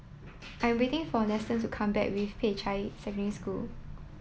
I'm waiting for Nestor to come back with Peicai Secondary School